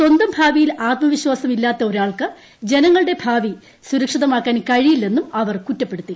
സ്വന്തം ഭാവിയിൽ ആത്മവിശ്വാസം ഇല്ലാത്ത ഒരാൾക്ക് ജനങ്ങളുടെ ഭാവി സുരക്ഷിതമാക്കാൻ കഴിയില്ലെന്നും അവർ കുറ്റപ്പെടുത്തി